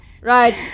Right